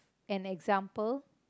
an example